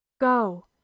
Go